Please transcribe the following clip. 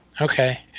Okay